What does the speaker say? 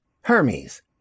Hermes